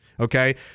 Okay